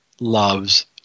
loves